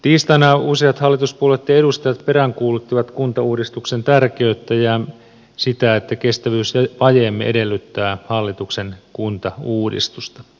tiistaina useat hallituspuolueitten edustajat peräänkuuluttivat kuntauudistuksen tärkeyttä ja sitä että kestävyysvajeemme edellyttää hallituksen kuntauudistusta